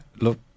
Look